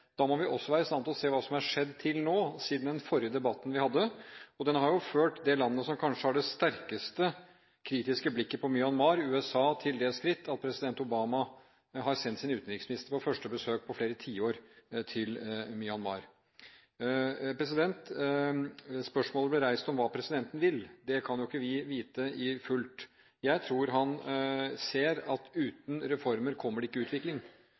Da må vi også være i stand til å se hva som har skjedd til nå, siden den forrige debatten vi hadde. Utviklingen har jo ført det landet som kanskje har det sterkeste kritiske blikket på Myanmar, USA, til det skritt at president Obama har sendt sin utenriksminister på det første besøket på flere tiår til Myanmar. Spørsmålet ble reist om hva presidenten vil. Det kan jo ikke vi vite fullt ut. Jeg tror han ser at uten reformer kommer det ikke utvikling,